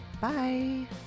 Bye